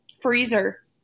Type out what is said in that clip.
freezer